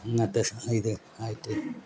ഇങ്ങനത്തെ ഇത് ആയിട്ട്